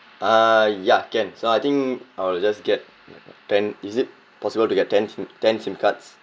uh ya can so I think I'll just get ten is it possible to get ten SIM ten SIM cards